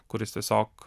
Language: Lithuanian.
kuris tiesiog